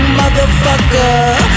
motherfucker